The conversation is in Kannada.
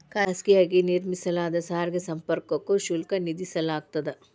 ಖಾಸಗಿಯಾಗಿ ನಿರ್ಮಿಸಲಾದ ಸಾರಿಗೆ ಸಂಪರ್ಕಕ್ಕೂ ಶುಲ್ಕ ವಿಧಿಸಲಾಗ್ತದ